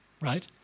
right